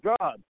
God